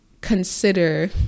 consider